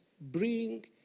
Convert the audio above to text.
bring